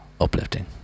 uplifting